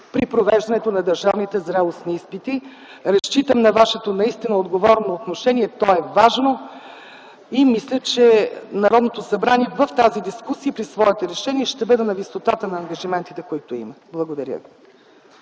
при провеждането на държавните зрелостни изпити. Разчитам на вашето наистина отговорно отношение. То е важно и мисля, че Народното събрание в тази дискусия при своето решение ще бъде на висотата на ангажиментите, които има. Благодаря.